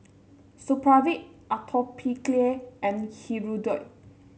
Supravit Atopiclair and Hirudoid